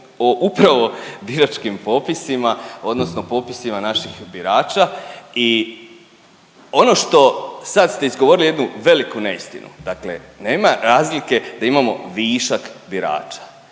o upravo biračkim popisima odnosno popisima naših birača i ono što sad ste izgovorili jednu veliku neistinu, dakle nema razlike da imamo višak birača.